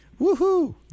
Woohoo